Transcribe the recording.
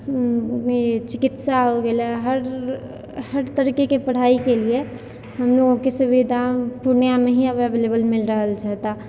चिकित्सा हो गेले हर हर तरीकेके पढ़ाइके लिए हमलोगोके सुविधा पूर्णियामे ही आब अवेलेबल मिलि रहल छै तऽ